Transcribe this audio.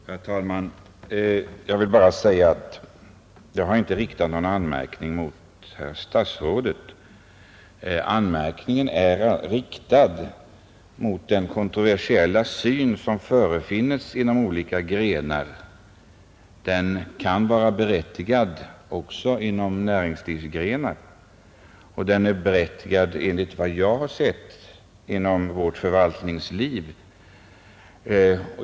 Herr talman! Jag vill bara säga att jag inte har riktat någon anmärkning mot herr statsrådet. Anmärkningen är riktad mot den kontroversiella syn som förefinns inom olika arbetsgrenar. Anmärkningen kan vara berättigad när det gäller en sådan syn inom näringslivet och inom förvaltningen.